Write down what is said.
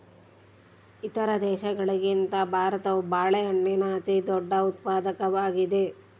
ಇತರ ದೇಶಗಳಿಗಿಂತ ಭಾರತವು ಬಾಳೆಹಣ್ಣಿನ ಅತಿದೊಡ್ಡ ಉತ್ಪಾದಕವಾಗಿದೆ